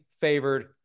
favored